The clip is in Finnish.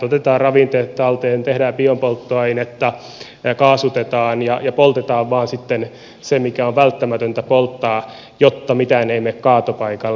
otetaan ravinteet talteen tehdään biopolttoainetta kaasutetaan ja poltetaan vain sitten se mikä on välttämätöntä polttaa jotta mitään ei mene kaatopaikalle